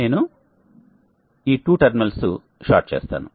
నేను ఈ 2 terminals short చేస్తాను